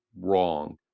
Wrong